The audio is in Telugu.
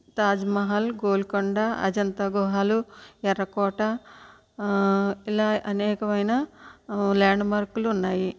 తాజ్మహల్ గోల్కొండా అజంతా గుహలు ఎర్రకోట ఆ ఇలా అనేకమైన ల్యాండ్ మార్కులు ఉన్నాయి